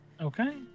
Okay